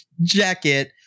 jacket